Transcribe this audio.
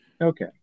Okay